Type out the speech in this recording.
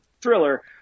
thriller